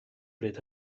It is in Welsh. bryd